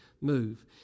move